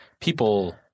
people